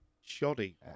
shoddy